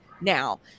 now